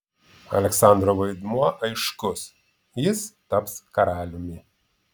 aleksandro vaidmuo aiškus jis taps karaliumi